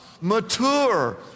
Mature